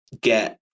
get